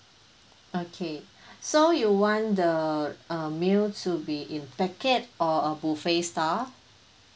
okay so you want the uh meal to be in packet or a buffet style